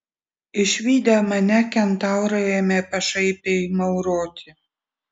išvydę mane kentaurai ėmė pašaipiai mauroti